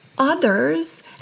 others